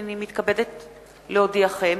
הנני מתכבדת להודיעכם,